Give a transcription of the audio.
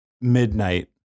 midnight